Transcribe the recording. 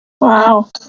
Wow